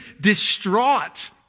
distraught